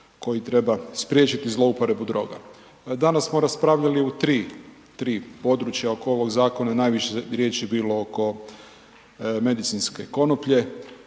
koji treba spriječiti zlouporabu droga. Danas smo raspravljali u 3 područja oko ovog zakona i najviše je riječi bilo oko medicinske konoplje,